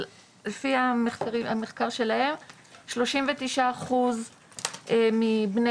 לפי המחקר שלהם שלושים ותשעה אחוז מבני